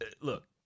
Look